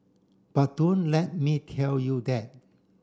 but don't let me tell you that